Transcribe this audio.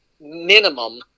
minimum